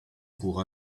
pour